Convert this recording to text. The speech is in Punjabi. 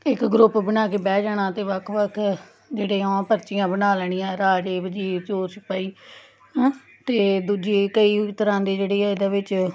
ਇੱਕ ਗਰੁੱਪ ਬਣਾ ਕੇ ਬਹਿ ਜਾਣਾ ਅਤੇ ਵੱਖ ਵੱਖ ਜਿਹੜੀਆ ਪਰਚੀਆਂ ਬਣਾ ਲੈਣੀਆਂ ਰਾਜੇ ਵਜ਼ੀਰ ਚੋਰ ਸਿਪਾਹੀ ਹੈ ਨਾ ਅਤੇ ਦੂਜੇ ਕਈ ਤਰ੍ਹਾਂ ਦੇ ਜਿਹੜੇ ਇਹਦੇ ਵਿੱਚ